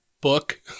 book